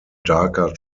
darker